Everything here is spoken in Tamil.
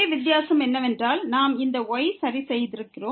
ஒரே வித்தியாசம் என்னவென்றால் நாம் இந்த y சரி செய்திருக்கிறோம்